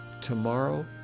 tomorrow